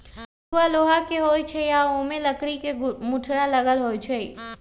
हसुआ लोहा के होई छई आ ओमे लकड़ी के मुठरा लगल होई छई